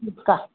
ठीक आ